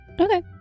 Okay